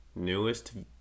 newest